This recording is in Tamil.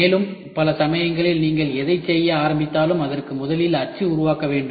மேலும் பல சமயங்களில் நீங்கள் எதைச் செய்ய ஆரம்பித்தாலும் அதற்கு முதலில் அச்சை உருவாக்க வேண்டும்